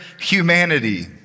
humanity